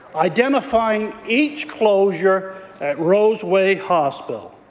identifying each closure at roseway hospital,